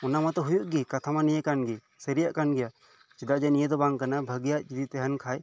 ᱚᱱᱟ ᱢᱟᱛᱚ ᱦᱳᱭᱳᱜ ᱜᱮ ᱠᱟᱛᱷᱟ ᱢᱟ ᱱᱤᱭᱟ ᱠᱟᱱ ᱜᱮ ᱥᱟᱨᱤᱭᱟᱜ ᱠᱟᱱ ᱜᱮᱭᱟ ᱪᱮᱫᱟᱜ ᱡᱮ ᱱᱤᱭᱟᱹ ᱫᱚ ᱵᱟᱝ ᱠᱟᱱᱟ ᱵᱷᱟᱜᱤᱭᱟᱜ ᱡᱩᱫᱤ ᱛᱟᱦᱮᱱ ᱠᱷᱟᱱ